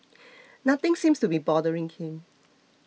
nothing seems to be bothering him